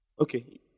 Okay